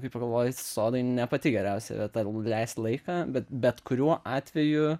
kai pagalvoji sodai ne pati geriausia vieta leist laiką bet bet kuriuo atveju